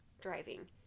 driving